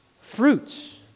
fruits